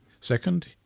Second